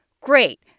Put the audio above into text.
Great